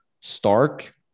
stark